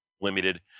limited